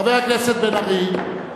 חבר הכנסת בן-ארי.